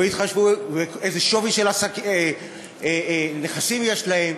לא התחשבו בשווי של נכסים יש להם.